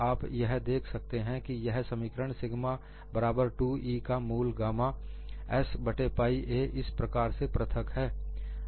आप यह देख सकते हैं कि यह समीकरण सिग्मा बराबर 2E का मूल गामा s बट्टे पाइ a इस प्रकार से पृथक है